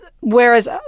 Whereas